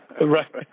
right